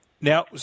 Now